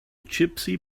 gypsy